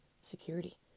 security